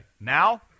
Now